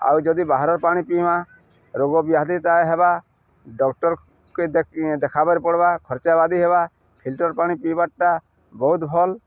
ଆଉ ଯଦି ବାହାରର ପାଣି ପିଇମା ରୋଗ ବ୍ୟାଧି ତା ହେବା ଡକ୍ଟରକେ ଦେଖାବାର ପଡ଼ବା ଖର୍ଚ୍ଚା ବାଦି ହେବା ଫିଲ୍ଟର ପାଣି ପିଇବାର୍ଟା ବହୁତ ଭଲ୍